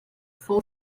fou